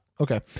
Okay